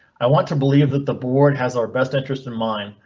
i want to believe that the board has our best interest in mind,